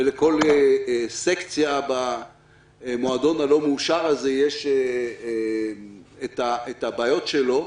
ולכל סקציה במועדון הלא מאושר הזה יש את הבעיות שלה.